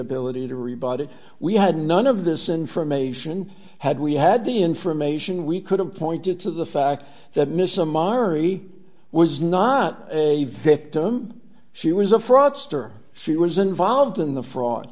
ability to rebut it we had none of this information had we had the information we could have pointed to the fact that miss a minor he was not a victim she was a fraudster she was involved in the fraud